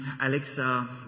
Alexa